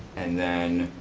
and then